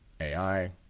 AI